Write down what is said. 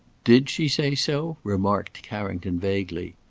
did she say so? remarked carrington vaguely.